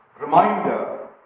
reminder